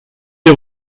des